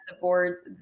boards